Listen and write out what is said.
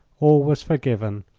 all was forgiven,